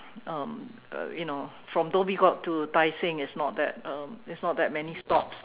um uh you know from Dhoby Ghaut to Tai Seng it's not that um it's not that many stops